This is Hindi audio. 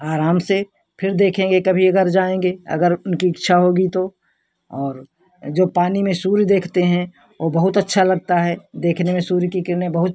आराम से फिर देखेंगे कभी अगर जाएँगे अगर उनकी इच्छा होगी तो और जो पानी में सूर्य देखते हैं वो बहुत अच्छा लगता है देखने में सूर्य की किरणें बहुत